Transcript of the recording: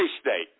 state